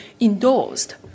endorsed